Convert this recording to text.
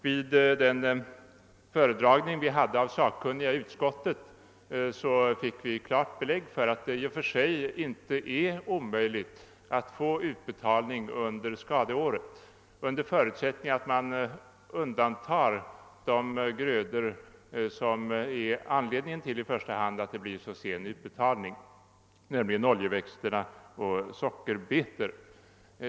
Vid den föredragning vi i utskottet hade av sakkunniga fick vi klart belägg för att det i och för sig inte är omöjligt att få medlen utbetalda under skadeåret, förutsatt att man undantar de grödor som i första hand är anledningen till att det eljest skulle bli så sen utbetalning, nämligen oljeväxter och sockerbetor.